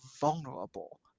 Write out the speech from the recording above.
vulnerable